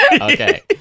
okay